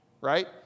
right